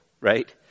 right